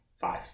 five